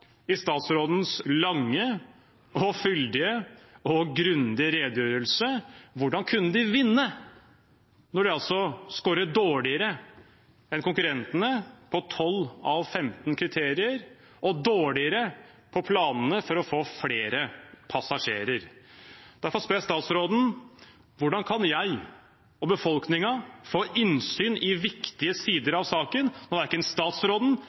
i statsrådens lange, fyldige og grundige redegjørelse. Hvordan kunne de vinne når de altså scorer dårligere enn konkurrentene på 12 av 15 kriterier og dårligere på planene for å få flere passasjerer? Derfor spør jeg statsråden: Hvordan kan jeg og befolkningen få innsyn i viktige sider av saken når verken statsråden